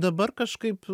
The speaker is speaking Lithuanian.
dabar kažkaip